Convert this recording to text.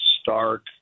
stark